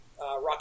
Rocket